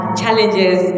challenges